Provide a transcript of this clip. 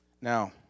Now